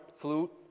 flute